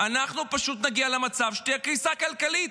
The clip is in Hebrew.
אנחנו פשוט נגיע למצב שתהיה קריסה כלכלית.